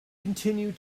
continued